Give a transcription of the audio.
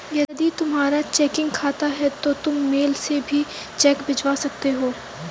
यदि तुम्हारा चेकिंग खाता है तो तुम मेल से भी चेक भिजवा सकते हो